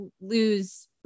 lose